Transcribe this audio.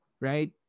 Right